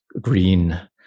green